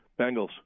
Bengals